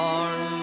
Born